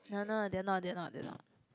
no no they're not they're not they're not